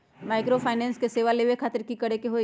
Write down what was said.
Microfinance के सेवा लेबे खातीर की करे के होई?